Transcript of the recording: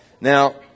Now